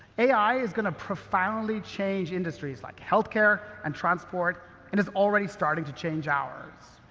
ai is going to profoundly change industries like healthcare and transport. it is already starting to change ours.